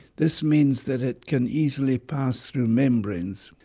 this means that it can easily pass through membranes.